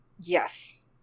Yes